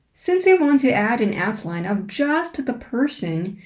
since we want to add an outline of just the person,